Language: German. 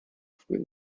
frühen